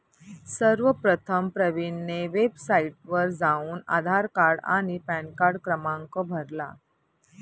सर्वप्रथम प्रवीणने वेबसाइटवर जाऊन आधार कार्ड आणि पॅनकार्ड क्रमांक भरला